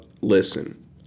listen